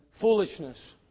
foolishness